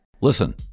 Listen